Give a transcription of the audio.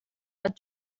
out